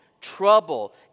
trouble